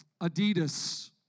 Adidas